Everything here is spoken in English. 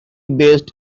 based